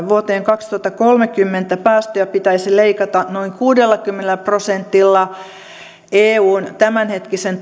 vuoteen kaksituhattakolmekymmentä mennessä päästöjä pitäisi leikata noin kuudellakymmenellä prosentilla eun tämänhetkisen